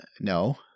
no